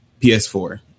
PS4